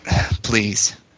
Please